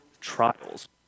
trials